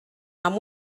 amb